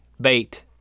bait